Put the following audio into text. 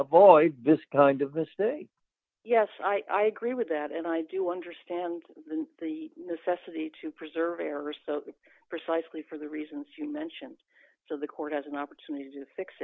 avoid this kind of a stay yes i agree with that and i do understand the necessity to preserve precisely for the reasons you mentioned to the court as an opportunity to fix